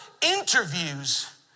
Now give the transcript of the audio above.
interviews